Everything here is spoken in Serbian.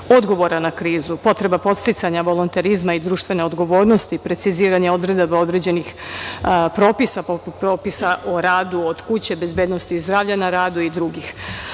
odgovora na krizu, potreba podsticanja volonterizma i društvene odgovornosti, preciziranje odredaba određenih propisa poput propisa o radu od kuće, bezbednosti i zdravlja na radu i drugih. Naša